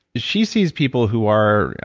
she sees people who are.